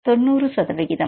மாணவன் 90 சதவிகிதம்